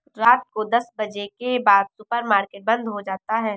रात को दस बजे के बाद सुपर मार्केट बंद हो जाता है